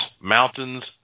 mountains